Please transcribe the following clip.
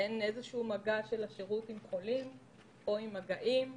אין איזה שהוא מגע של השירות עם מישהו או עם מגעים.